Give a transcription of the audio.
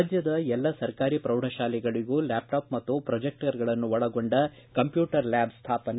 ರಾಜ್ಯದ ಎಲ್ಲ ಸರ್ಕಾರಿ ಪ್ರೌಢಶಾಲೆಗಳಗೂ ಲ್ಕಾಪ್ಟಾಪ್ ಮತ್ತು ಪೊಜೆಕ್ಟರ್ಗಳನ್ನು ಒಳಗೊಂಡ ಕಂಪ್ಯೂಟರ್ ಲ್ಕಾಬ್ ಸ್ಥಾಪನೆ